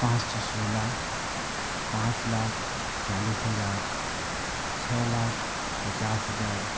पाँच सौ सोलह पाँच लाख चालीस हजार छः लाख पचास हजार